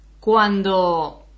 Cuando